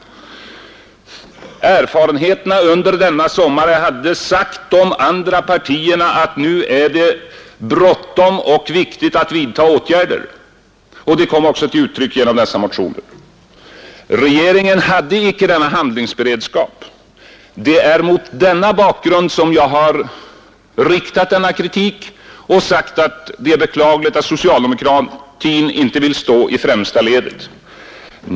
Och erfarenheterna under denna sommar hade sagt de andra partierna att nu är det bråttom, nu är det viktigt att vidta åtgärder, och det kom också till uttryck genom dessa motioner. Regeringen hade icke denna handlingsberedskap. Det är mot denna bakgrund som jag har riktat kritik mot regeringen och sagt att det är beklagligt att socialdemokratin inte vill stå i främsta ledet.